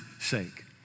sake